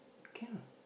can ah